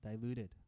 diluted